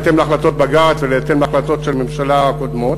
בהתאם להחלטות בג"ץ ובהתאם להחלטות ממשלה קודמות,